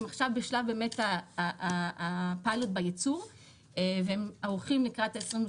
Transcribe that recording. הם עכשיו בשלב הפיילוט בייצור והם יהיו ערוכים לקראת ה-22